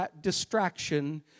distraction